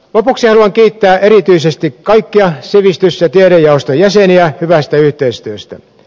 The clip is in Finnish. lopuksi haluan kiittää erityisesti kaikkia sivistys ja tiedejaoston jäseniä hyvästä yhteistyöstä